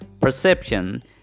perception